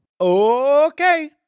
Okay